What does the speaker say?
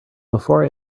before